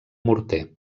morter